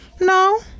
No